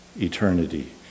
eternity